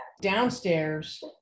Downstairs